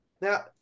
Now